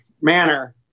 manner